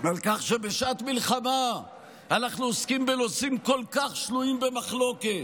ועל כך שבשעת מלחמה אנחנו עוסקים בנושאים כל כך שנויים במחלוקת,